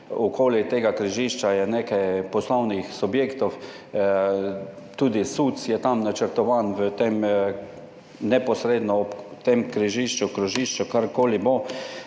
okoli tega križišča je nekaj poslovnih subjektov, tudi SUC je načrtovan neposredno ob tem križišču, krožišču, karkoli bo,